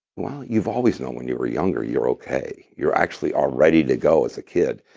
well, you've always known when you were younger you're okay. you're actually all ready to go as a kid,